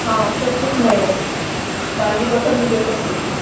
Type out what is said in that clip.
हा सभु कुझु नओ तव्हांजी पसंदि जो सभु कुझु